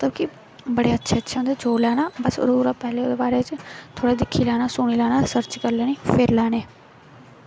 ताकि बड़े अच्छें अच्छें होंदे जो लैना बस ओह्दे कोला दा पैंह्लें ओह्दे बारे च थोह्ड़ा दिक्खी लैना सोची लैना सर्च करी लैनी